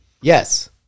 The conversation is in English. yes